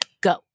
Go